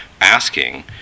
asking